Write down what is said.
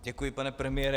Děkuji, pane premiére.